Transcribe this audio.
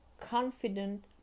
confident